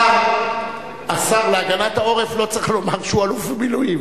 השר להגנת העורף לא צריך לומר שהוא אלוף במילואים.